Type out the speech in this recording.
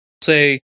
say